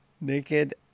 naked